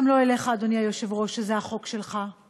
גם לא אליך, אדוני היושב-ראש, שזה החוק שלך.